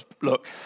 Look